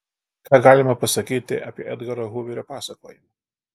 ką galima pasakyti apie edgaro huverio pasakojimą